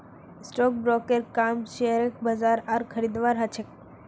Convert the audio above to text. stock ब्रोकरेर काम शेयरक बेचवार आर खरीदवार ह छेक